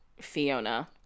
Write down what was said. Fiona